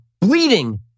bleeding